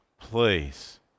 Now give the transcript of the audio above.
Please